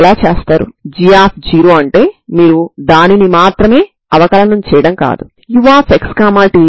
λ వాస్తవ సంఖ్య కాబట్టి λ2 లేదా λ0 లేదా λ 2 అవుతుంది ఇక్కడ μ0